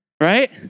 right